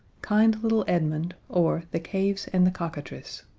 kind little edmund, or the caves and the cockatrice